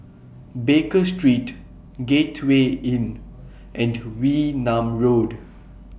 Baker Street Gateway Inn and Wee Nam Road